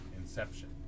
Inception